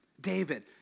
David